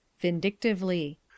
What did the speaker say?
Vindictively